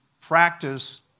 practice